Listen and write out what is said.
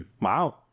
Wow